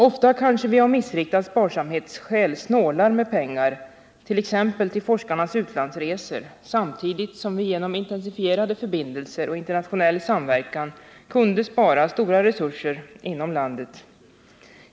Ofta kanske vi av missriktade sparsamhetsskäl snålar med pengar, t.ex. till forskarnas utlandsresor, samtidigt som vi genom intensifierade förbindelser och internationell samverkan kunde spara stora resurser inom landet.